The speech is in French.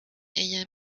est